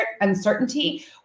uncertainty